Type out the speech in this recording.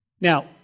Now